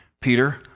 Peter